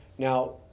Now